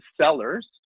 sellers